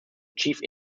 chief